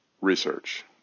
research